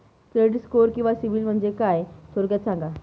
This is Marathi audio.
क्रेडिट स्कोअर किंवा सिबिल म्हणजे काय? थोडक्यात सांगा